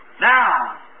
Now